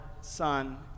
Son